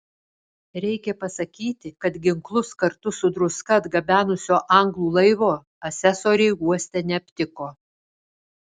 reikia pasakyti kad ginklus kartu su druska atgabenusio anglų laivo asesoriai uoste neaptiko